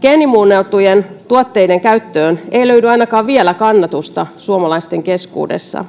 geenimuunneltujen tuotteiden käyttöön ei löydy ainakaan vielä kannatusta suomalaisten keskuudessa